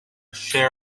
share